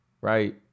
right